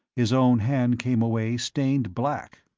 his own hand came away stained black.